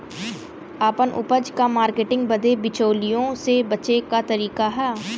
आपन उपज क मार्केटिंग बदे बिचौलियों से बचे क तरीका का ह?